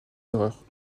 erreurs